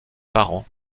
parents